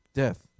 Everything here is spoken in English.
death